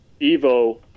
Evo